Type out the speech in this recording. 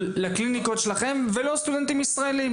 לקליניקות שלכם ולא סטודנטים ישראלים.